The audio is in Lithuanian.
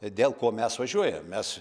dėl ko mes važiuojam mes